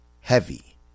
heavy